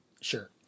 Sure